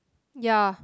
ya